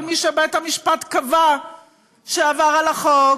על מי שבית המשפט קבע שהוא עבר על החוק,